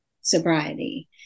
sobriety